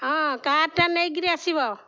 ହଁ କାରଟା ନେଇକିରି ଆସିବ